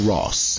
Ross